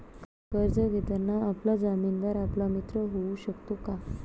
कर्ज घेताना आपला जामीनदार आपला मित्र होऊ शकतो का?